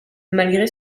malgré